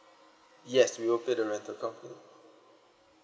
yes we will pay the rental company